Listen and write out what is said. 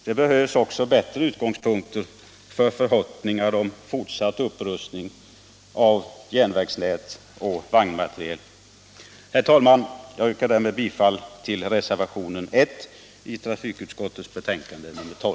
Det behövs också bättre utgångspunkter för förhoppningar om fortsatt upprustning av järnvägsnät och vagnmateriel.